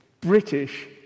British